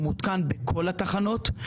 ומותקן בכל התחנות,